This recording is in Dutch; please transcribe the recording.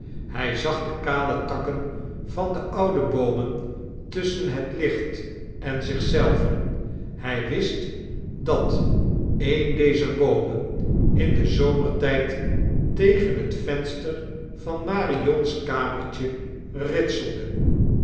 hij zag de kale takken van de oude boomen tusschen het licht en zieh zelven hij wist dat een dezer boomen in den zome'rtijd tegen het venster van marion's kamertje ritselde